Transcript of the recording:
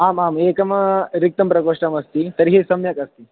आमाम् एकः रिक्तः प्रकोष्ठः अस्ति तर्हि सम्यकस्ति